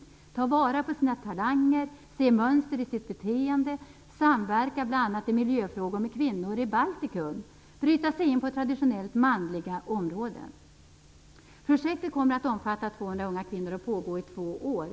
Man skall ta vara på sina talanger se mönster i sitt beteende samverka bl.a. i miljöfrågor med kvinnor i bryta sig in på traditionellt manliga områden. Projektet kommer alltså att omfatta 200 unga kvinnor och skall pågå i två år.